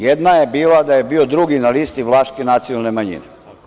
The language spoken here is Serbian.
Jedna je bila da je bio drugi na listi vlaške nacionalne manjine.